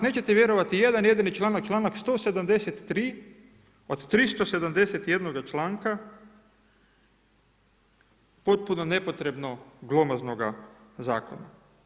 Nećete vjerovati, jedan jedini članak, članak 173. od 371 članka potpuno nepotrebno glomaznoga zakona.